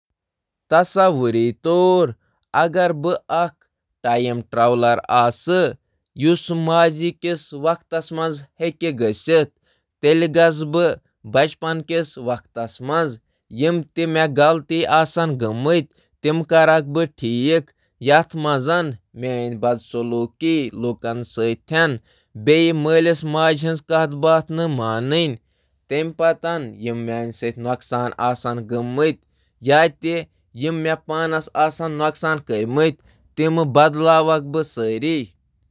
تصور کٔرِو، اگر بہٕ اکھ ٹائم ٹریولر چُھ، یہٕ گژھہٕ مستقبلس منٛز۔ بہٕ گَژھٕ پنُن لۄکچار۔ بہٕ بدلاوٕ پنٕنۍ سٲری خراب عادتہٕ یِم مےٚ چھِ میٲنۍ بدسلوکی کٔر مٲلِس ماجہِ ہٕنٛدٮ۪ن حُکمن ہٕنٛز نافرمانی تہٕ تِم سٲری چیز ادا یِم مےٚ نۄقصان واتنٲومٕتۍ چھِ۔